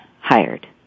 hired